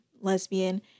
lesbian